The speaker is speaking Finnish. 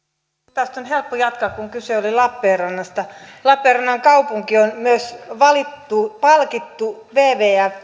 tästä on helppo jatkaa kun kyse oli lappeenrannasta lappeenrannan kaupunki on myös palkittu palkittu wwfn